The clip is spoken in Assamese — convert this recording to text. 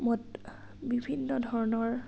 মত বিভিন্ন ধৰণৰ